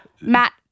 Matt